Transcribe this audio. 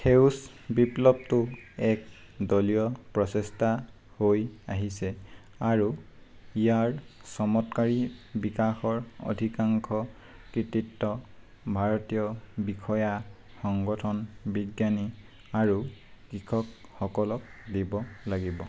সেউজ বিপ্লৱটো এক দলীয় প্ৰচেষ্টা হৈ আহিছে আৰু ইয়াৰ চমৎকাৰী বিকাশৰ অধিকাংশ কৃতিত্ব ভাৰতীয় বিষয়া সংগঠন বিজ্ঞানী আৰু কৃষক সকলক দিব লাগিব